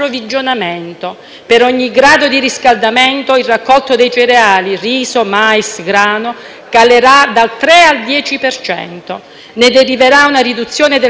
calerà dal 3 al 10 per cento. Ne deriverà una riduzione del quantitativo di mangimi per gli allevamenti con riduzione di carne, uova e latte.